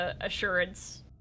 assurance